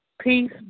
peace